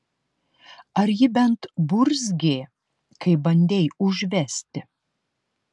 ar ji bent burzgė kai bandei užvesti